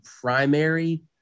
primary